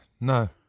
No